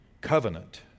Covenant